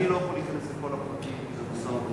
אני לא יכול להיכנס לכל הפרטים כי זה משא-ומתן,